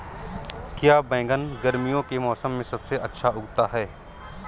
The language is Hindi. क्या बैगन गर्मियों के मौसम में सबसे अच्छा उगता है?